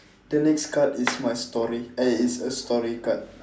the next card is my story eh it's a story card